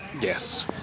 Yes